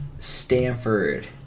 Stanford